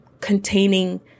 containing